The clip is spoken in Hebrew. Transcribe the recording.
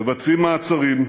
מבצעים מעצרים,